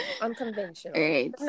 unconventional